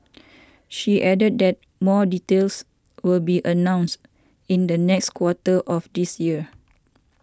she added that more details will be announced in the next quarter of this year